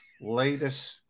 latest